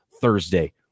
Thursday